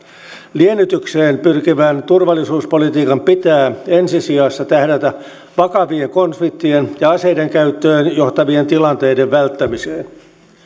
liennytykseen pyrkivän turvallisuuspolitiikan pitää ensi sijassa tähdätä vakavien konfliktien ja aseiden käyttöön johtavien tilanteiden välttämiseen